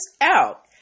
out